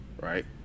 right